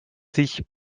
sich